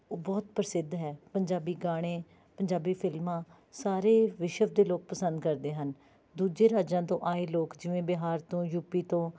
ਉਹ ਬਹੁਤ ਪ੍ਰਸਿੱਧ ਹੈ ਪੰਜਾਬੀ ਗਾਣੇ ਪੰਜਾਬੀ ਫ਼ਿਲਮਾਂ ਸਾਰੇ ਵਿਸ਼ਵ ਦੇ ਲੋਕ ਪਸੰਦ ਕਰਦੇ ਹਨ ਦੂਜੇ ਰਾਜਾਂ ਤੋਂ ਆਏ ਲੋਕ ਜਿਵੇਂ ਬਿਹਾਰ ਤੋਂ ਯੂ ਪੀ ਤੋਂ